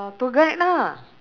tour guide lah